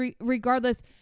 regardless